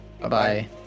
Bye-bye